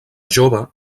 jove